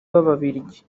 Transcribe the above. b’ababiligi